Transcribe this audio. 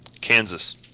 Kansas